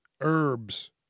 Herbs